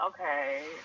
okay